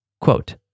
Quote